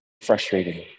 frustrating